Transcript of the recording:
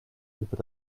über